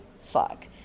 fuck